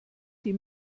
die